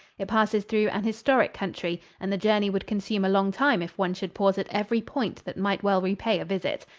it passes through an historic country, and the journey would consume a long time if one should pause at every point that might well repay a visit.